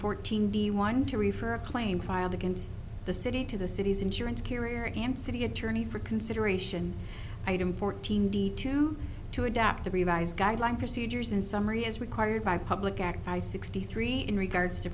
fourteen the one to re for a claim filed against the city to the city's insurance carrier and city attorney for consideration item fourteen d two to adapt the revised guideline procedures in summary as required by public act by sixty three in regards to